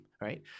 Right